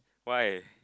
why